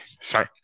sorry